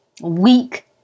weak